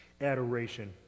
adoration